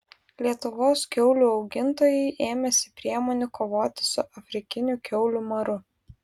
lietuvos kiaulių augintojai ėmėsi priemonių kovoti su afrikiniu kiaulių maru